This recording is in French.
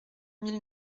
mille